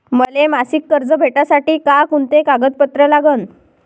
मले मासिक कर्ज भेटासाठी का कुंते कागदपत्र लागन?